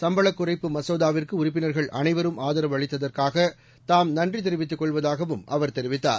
சுப்பளக் குறைப்பு மசோதாவிற்கு உறுப்பினர்கள் அனைவரும் ஆதரவு அளித்ததற்காக தாம் நன்றி தெரிவித்துக் கொள்வதாகவும் அவர் தெரிவித்தார்